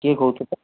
କିଏ କହୁଥିଲେ